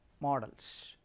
models